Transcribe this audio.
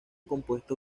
compuesto